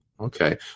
Okay